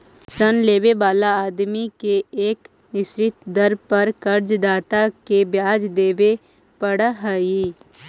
ऋण लेवे वाला आदमी के एक निश्चित दर पर कर्ज दाता के ब्याज देवे पड़ऽ हई